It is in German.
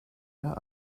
mehr